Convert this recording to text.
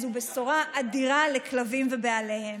זו בשורה אדירה לכלבים ובעליהם.